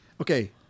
Okay